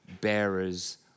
bearers